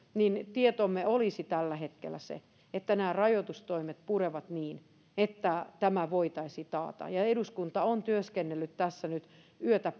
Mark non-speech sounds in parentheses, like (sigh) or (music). tietomme olisi tällä hetkellä se että nämä rajoitustoimet purevat niin että tämä voitaisiin taata ja eduskunta on työskennellyt tässä nyt yötä (unintelligible)